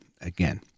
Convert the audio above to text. again